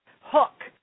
hook